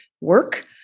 work